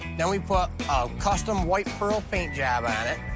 then we put a custom white pearl paint job on it,